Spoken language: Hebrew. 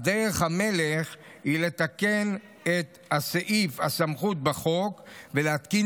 דרך המלך היא לתקן את סעיף הסמכות בחוק ולהתקין